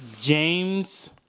James